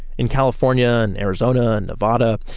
in california and arizona and nevada,